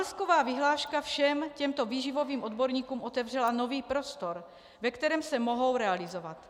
Pamlsková vyhláška všem těmto výživovým odborníkům otevřela nový prostor, ve kterém se mohou realizovat.